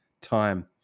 time